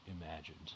imagined